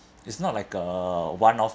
it's not like a one-off